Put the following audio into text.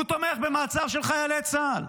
הוא תומך במעצר של חיילי צה"ל.